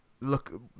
look